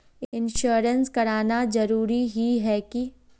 Insurance कराना जरूरी ही है की?